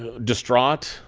distraught,